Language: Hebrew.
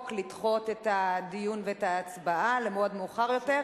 לדחות את הדיון ואת ההצבעה למועד מאוחר יותר.